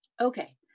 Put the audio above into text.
Okay